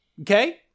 Okay